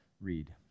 read